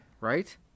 Right